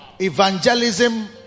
Evangelism